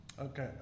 Okay